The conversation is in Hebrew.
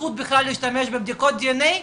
זכות בכלל לבדיקות דנ”א,